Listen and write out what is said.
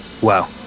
Wow